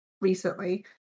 recently